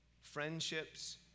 friendships